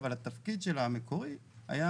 אבל התפקיד המקורי שלה היה